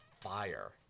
fire